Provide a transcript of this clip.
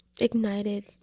ignited